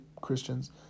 Christians